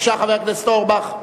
חבר הכנסת אורבך,